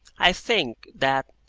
i think that,